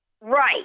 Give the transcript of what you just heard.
right